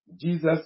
Jesus